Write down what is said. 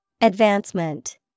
Advancement